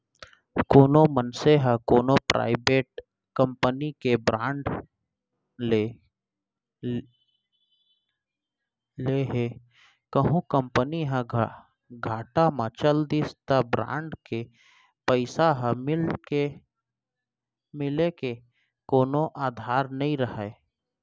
कोनो मनसे ह कोनो पराइबेट कंपनी के बांड ले हे कहूं कंपनी ह घाटा म चल दिस त बांड के पइसा ह मिले के कोनो अधार नइ राहय